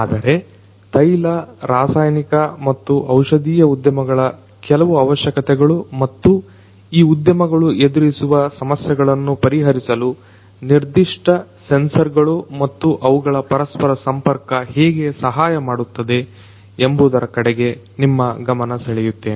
ಆದರೆ ತೈಲ ರಾಸಾಯನಿಕ ಮತ್ತು ಔಷಧೀಯ ಉದ್ಯಮಗಳ ಕೆಲವು ಅವಶ್ಯಕತೆಗಳು ಮತ್ತು ಈ ಉದ್ಯಮಗಳು ಎದುರಿಸುವ ಸಮಸ್ಯೆಗಳನ್ನ ಪರಿಹರಿಸಲು ನಿರ್ದಿಷ್ಟ ಸೆನ್ಸರ್ಗಳು ಮತ್ತು ಅವುಗಳ ಪರಸ್ಪರ ಸಂಪರ್ಕ ಹೇಗೆ ಸಹಾಯ ಮಾಡುತ್ತದೆ ಎಂಬುವುದರ ಕಡೆಗೆ ನಿಮ್ಮ ಗಮನ ಸೆಳೆಯುತ್ತೇನೆ